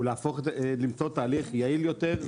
היא למצוא תהליך יעיל יותר,